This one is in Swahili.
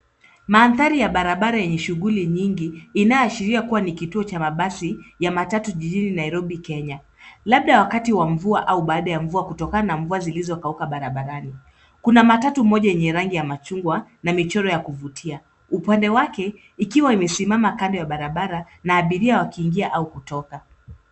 Mandhari ya barabara yenye shughuli nyingi inayoashiria kua ni kituo cha mabasi ya matatu jijini nairobi kenya labda wakati wa mvua au baada ya mvua kutokana na mvua zilizokauka barabarani kuna matatu moja yenye rangi ya chungwa na michoro ya kuvutia upande wake ikiwa imesimama kando ya barabara na abiria wakiingia au kutoka